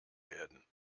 werden